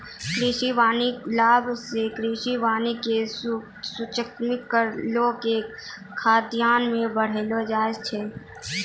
कृषि वानिकी लाभ से कृषि वानिकी के सुनिश्रित करी के खाद्यान्न के बड़ैलो जाय छै